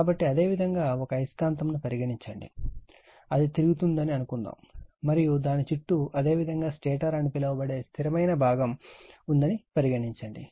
కాబట్టి అదేవిధంగా ఒక అయస్కాంతం ను పరిగణించండి అది తిరుగుతున్నదని అనుకుందాం మరియు దాని చుట్టూ అదేవిధంగా స్టాటర్ అని పిలువబడే స్థిరమైన భాగం ఉందని పరిగణించండి